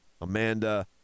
amanda